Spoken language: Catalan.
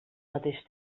mateix